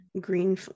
green